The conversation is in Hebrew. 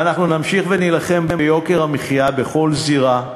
ואנחנו נמשיך ונילחם ביוקר המחיה בכל זירה,